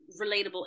relatable